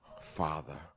father